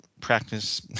practice